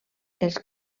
els